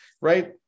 right